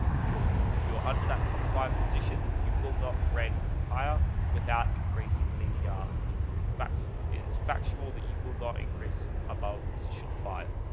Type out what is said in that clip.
if you're, if you're under that top five position, you will not rank higher without increasing ctr. ah it as a fact. it's factual that you will not increase above position five.